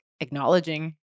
acknowledging